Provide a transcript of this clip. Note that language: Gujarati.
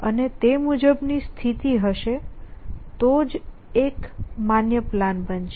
અને તે મુજબની સ્થિતિ હશે તો જ એક માન્ય પ્લાન બનશે